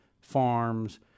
farms